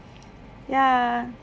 ya